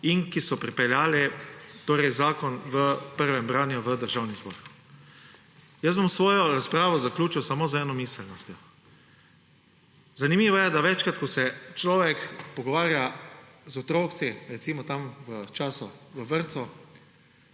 in ki so pripeljali zakon v prvem branju v Državni zbor. Svojo razpravo bom zaključil samo z eno miselnostjo. Zanimivo je, da večkrat, ko se človek pogovarja z otroki, recimo v vrtcu,